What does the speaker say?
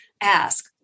ask